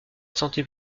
santé